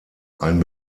ein